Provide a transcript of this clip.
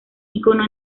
ícono